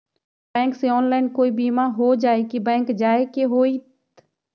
Bank से online कोई बिमा हो जाई कि बैंक जाए के होई त?